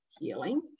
healing